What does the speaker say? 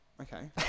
Okay